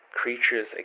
Creatures